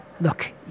look